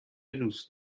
دوست